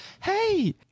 Hey